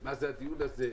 מה זה הדיון הזה,